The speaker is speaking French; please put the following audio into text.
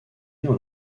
dans